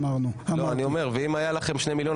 אמרתי 250,000. אני אומר: ואם היו לכם 2,000,000,